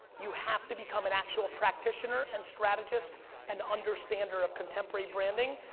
you have to become an actual practitioner and strategist and understander of contemporary branding,